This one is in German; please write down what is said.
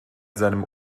seinem